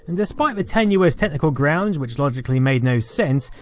and despite the tenuous technical grounds which logically made no sense,